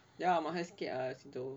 ya mahal sikit ah situ